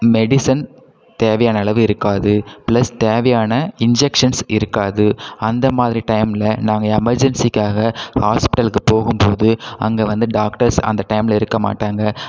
medicine தேவையான அளவு இருக்காது ப்ளஸ் தேவையான இன்ஜெக்ஷன்ஸ் இருக்காது அந்த மாதிரி டைமில் நாங்கள் எமர்ஜென்சிக்காக ஹாஸ்பிட்டலுக்கு போகும் போது அங்கே வந்து டாக்டர்ஸ் அந்த டைமில் இருக்க மாட்டாங்கள்